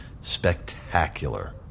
spectacular